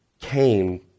came